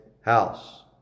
house